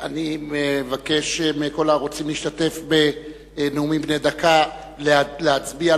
אבקש מכל הרוצים להשתתף בנאומים בני דקה להצביע,